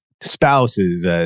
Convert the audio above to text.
spouses